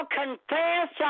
confess